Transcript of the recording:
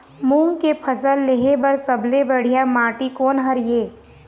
मूंग के फसल लेहे बर सबले बढ़िया माटी कोन हर ये?